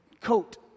coat